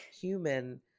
Human